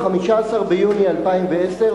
ב-15 ביוני 2010,